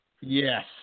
yes